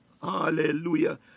Hallelujah